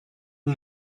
who